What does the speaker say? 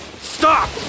Stop